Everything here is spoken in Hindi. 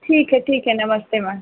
ठीक है ठीक है नमस्ते मैम